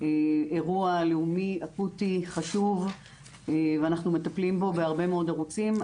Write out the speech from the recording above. אירוע לאומי אקוטי חשוב ואנחנו מטפלים בו בהרבה מאוד ערוצים,